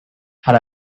had